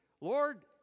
Lord